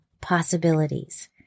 possibilities